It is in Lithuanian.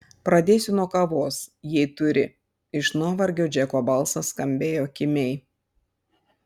pradėsiu nuo kavos jei turi iš nuovargio džeko balsas skambėjo kimiai